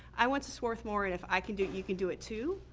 i want swarthmore, and if i can do it, you can do it too,